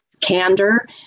candor